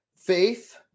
faith